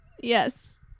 Yes